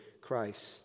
Christ